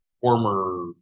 former